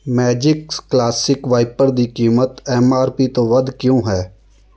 Magix classic wiper ਦੀ ਕੀਮਤ M R P ਤੋਂ ਵੱਧ ਕਿਉਂ ਹੈ